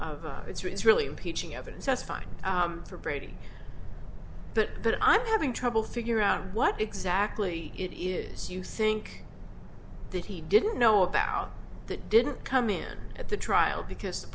of it's really teaching evidence that's fine for brady but that i'm having trouble figure out what exactly it is you think that he didn't know about that didn't come in at the trial because the